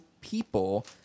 people